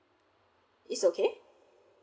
it's okay